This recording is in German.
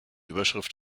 überschrift